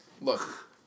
Look